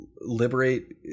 liberate